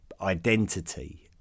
identity